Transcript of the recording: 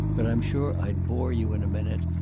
but i'm sure i'd bore you in a minute,